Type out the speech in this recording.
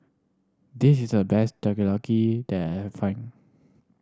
this is the best Takoyaki that I find